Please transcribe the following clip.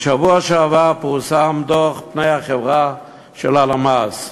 בשבוע שעבר פורסם דוח פני החברה של הלמ"ס.